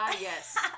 Yes